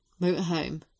motorhome